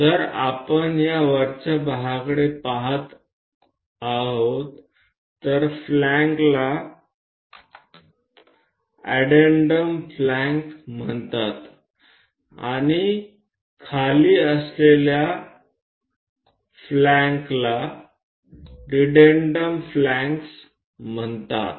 जर आपण या वरच्या भागाकडे पहात आहोत तर फ्लॅन्क्सला अड्डेन्डम फ्लॅंक्स म्हणतात आणि खाली असलेल्या फ्लॅंक्सला डिडेन्डम फ्लॅंक्स म्हणतात